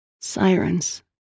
Sirens